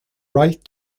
right